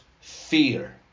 fear